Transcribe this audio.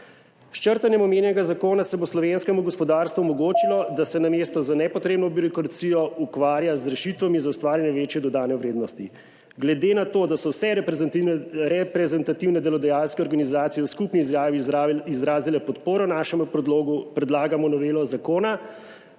S črtanjem omenjenega zakona se bo slovenskemu gospodarstvu omogočilo da se namesto za nepotrebno birokracijo ukvarja z rešitvami za ustvarjanje večje dodane vrednosti **32. TRAK (VI) 11.05** (nadaljevanje) na to, da so vse reprezentativne delodajalske organizacije v skupni izjavi izrazile podporo našemu predlogu predlagamo novelo zakona,